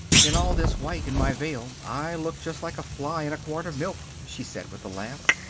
in all this white, and my veil, i look just like a fly in a quart of milk, she said, with a laugh.